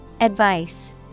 Advice